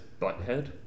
butthead